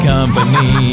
Company